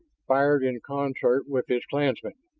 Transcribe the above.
fired in concert with his clansmen.